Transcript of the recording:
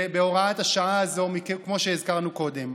בהוראת השעה הזאת, כמו שהזכרנו קודם.